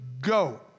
go